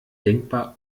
denkbar